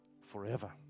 forever